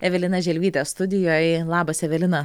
evelina želvytę studijoje labas evelina